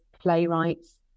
playwrights